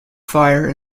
fire